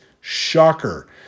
Shocker